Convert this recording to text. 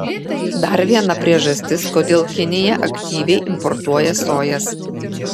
dar viena priežastis kodėl kinija aktyviai importuoja sojas